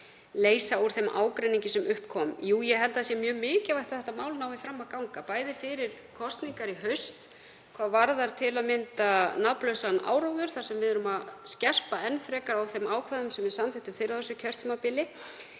leysa úr þeim ágreiningi sem upp kom. Jú, ég held að það sé mjög mikilvægt að þetta mál nái fram að ganga, bæði fyrir kosningar í haust, til að mynda hvað varðar nafnlausan áróður þar sem við erum að skerpa enn frekar á þeim ákvæðum sem við samþykktum fyrr á þessu kjörtímabili.